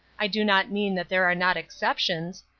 i do not mean that there are not exceptions,